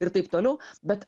ir taip toliau bet